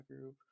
group